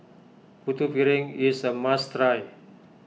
Putu Piring is a must try